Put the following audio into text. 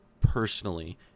personally